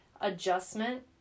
adjustment